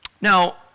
Now